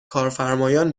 کارفرمایان